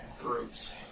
groups